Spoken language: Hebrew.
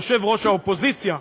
יושב-ראש האופוזיציה,